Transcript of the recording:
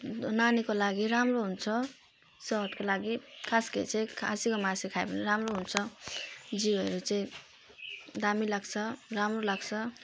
नानीको लागि राम्रो हुन्छ सेहतको लागि खास गरी चाहिँ खसीको मासु खायो भने राम्रो हुन्छ जिउहरू चाहिँ दामी लाग्छ राम्रो लाग्छ